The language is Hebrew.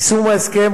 יישום ההסכם,